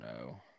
no